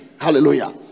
Hallelujah